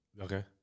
Okay